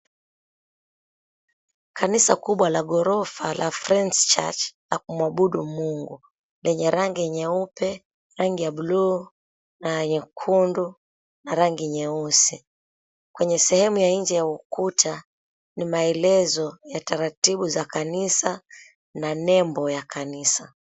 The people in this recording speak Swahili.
Kanisa kubwa la ghorofa la Friend's Church, la kumwabudu Mungu lenye rangi nyeupe, rangi ya buluu na nyekundu na rangi nyeusi. Kwenye sehemu ya nje ya ukuta ni maelezo ya taratibu za kanisa na nembo ya kanisa.